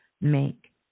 make